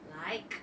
like